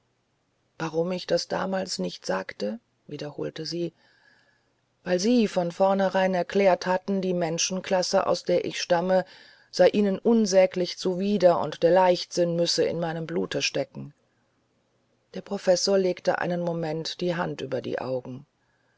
warum ich das damals nicht sagte wiederholte sie weil sie von vornherein erklärt hatten die menschenklasse aus der ich stamme sei ihnen unsäglich zuwider und der leichtsinn müsse in meinem blute stecken der professor legte einen moment die hand über die augen